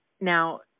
Now